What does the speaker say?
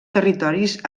territoris